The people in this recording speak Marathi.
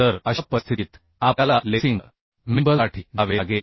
तर अशा परिस्थितीत आपल्याला लेसिंग मेंबरसाठी जावे लागेल